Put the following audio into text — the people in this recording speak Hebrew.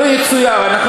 ניסן,